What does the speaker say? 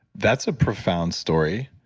that's a profound story.